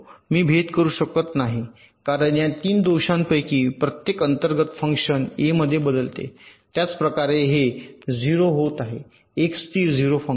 मी भेद करू शकत नाही कारण या तीन दोषांपैकी प्रत्येका अंतर्गत फंक्शन ए मध्ये बदलते त्याच प्रकारे हे 0 होत आहे एक स्थिर 0 फंक्शन